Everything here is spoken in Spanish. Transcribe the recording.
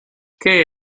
qué